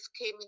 came